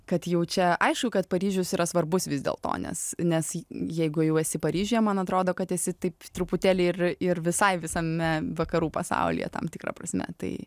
kad jau čia aišku kad paryžius yra svarbus vis dėl to nes nes jeigu jau esi paryžiuje man atrodo kad esi taip truputėlį ir ir visai visame vakarų pasaulyje tam tikra prasme tai